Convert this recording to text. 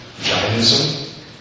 Jainism